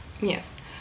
Yes